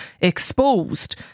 exposed